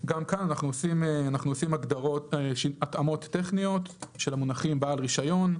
גם כאן אנחנו עושים התאמות טכניות של המונחים "בעל רישיון",